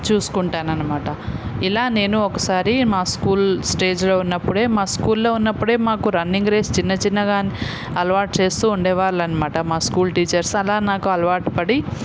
చూసుకుంటాను అనమాట ఇలా నేను ఒకసారి మా స్కూల్ స్టేజ్లో ఉన్నప్పుడే మా స్కూల్లో ఉన్నప్పుడే మాకు రన్నింగ్ రేస్ చిన్నచిన్నగానే అలవాటు చేస్తూ ఉండేవాళ్ళు అనమాట మా స్కూల్ టీచర్స్ అలా నాకు అలవాటు పడి